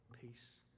peace